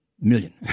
million